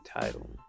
title